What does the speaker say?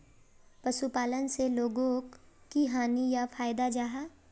पशुपालन से लोगोक की हानि या फायदा जाहा?